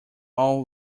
all